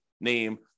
name